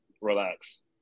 relax